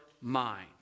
mind